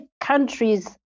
countries